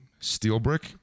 Steelbrick